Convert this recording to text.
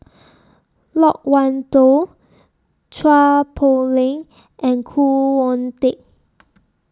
Loke Wan Tho Chua Poh Leng and Khoo Oon Teik